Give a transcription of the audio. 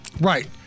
Right